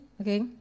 okay